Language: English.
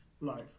life